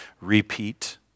repeat